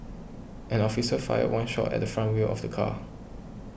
an officer fired one shot at the front wheel of the car